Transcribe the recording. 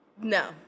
no